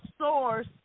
source